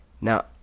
Now